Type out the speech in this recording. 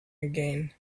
again